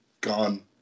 gone